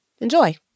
Enjoy